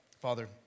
Father